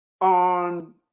on